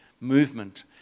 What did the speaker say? movement